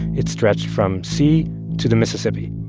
it stretched from sea to the mississippi.